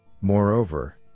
Moreover